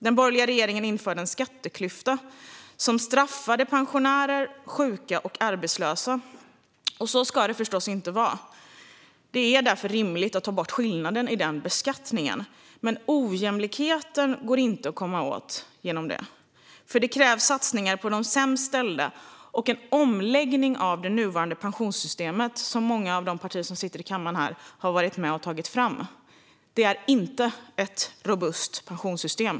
Den borgerliga regeringen införde en skatteklyfta som straffade pensionärer, sjuka och arbetslösa. Så ska det förstås inte vara. Det är därför rimligt att ta bort skillnaderna i beskattningen, men ojämlikheten går inte att komma åt genom det. För detta krävs satsningar på de sämst ställda och en omläggning av det nuvarande pensionssystemet, som många av partierna här i kammaren har varit med och tagit fram. Det är inte ett robust pensionssystem.